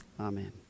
Amen